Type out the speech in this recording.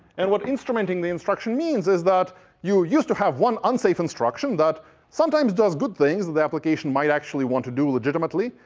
and what instrumenting the instruction means is that you used to have one unsafe instruction that sometimes does good things, that the application might actually want to do legitimately.